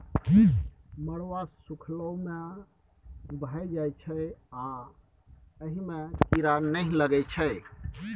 मरुआ सुखलो मे भए जाइ छै आ अहि मे कीरा नहि लगै छै